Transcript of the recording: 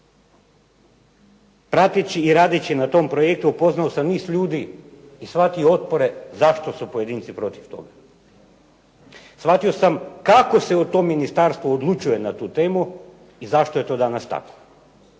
Prateći i radeći na tom projektu upoznao sam niz ljudi i svaki otpore zašto su pojedinci protiv toga, shvatio sam kako se u tom Ministarstvu odlučuje na tu temu i zašto je to danas tako.